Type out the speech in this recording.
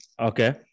Okay